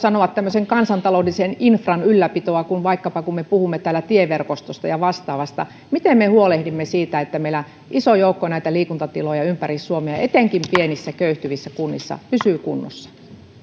tämmöisen kansantaloudellisen infran ylläpitoa kuin vaikkapa se kun me puhumme täällä tieverkostosta ja vastaavasta miten me huolehdimme siitä että meillä iso joukko näitä liikuntatiloja ympäri suomea etenkin pienissä köyhtyvissä kunnissa pysyy kunnossa